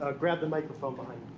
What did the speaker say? ah grab the microphone behind